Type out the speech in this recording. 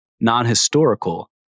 non-historical